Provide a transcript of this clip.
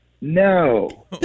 no